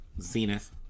Zenith